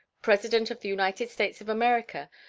president of the united states of america,